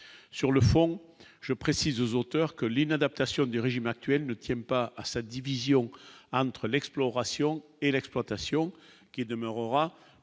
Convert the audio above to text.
sur le fond, je précise aux auteurs que l'inadaptation du régime actuel ne tient pas à sa division entre l'exploration et l'exploitation qui est demeurera